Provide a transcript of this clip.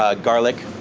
ah garlic,